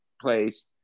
place